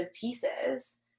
pieces